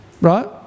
right